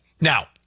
Now